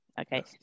okay